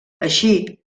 així